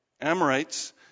Amorites